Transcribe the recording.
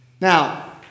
Now